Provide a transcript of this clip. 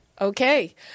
Okay